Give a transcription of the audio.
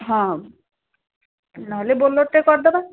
ହଁ ନହେଲେ ବୋଲର୍ଟେ କରିଦବା